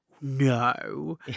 no